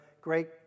Great